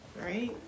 right